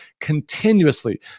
continuously